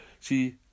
see